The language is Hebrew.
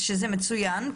וזה מצוין,